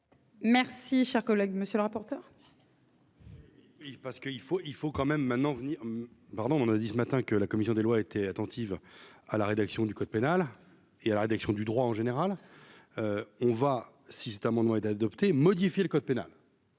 Merci, chers collègues, monsieur le rapporteur. Oui, parce qu'il faut, il faut quand même maintenant venir pardon, on a dit ce matin que la commission des lois, été attentive à la rédaction du code pénal et à la rédaction du droit en général, on va, si cet amendement était adopté, modifier le code pénal.